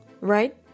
Right